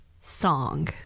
song